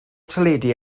teledu